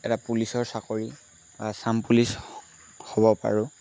এটা পুলিচৰ চাকৰি আচাম পুলিচ হ'ব পাৰোঁ